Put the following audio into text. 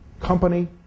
company